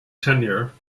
tenure